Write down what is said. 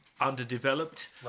underdeveloped